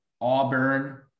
Auburn